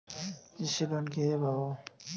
কৃষি লোন কিভাবে পাব?